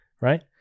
Right